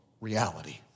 reality